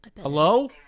Hello